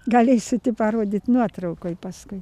galėsit parodyt nuotraukoj paskui